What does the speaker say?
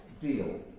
deal